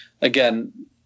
Again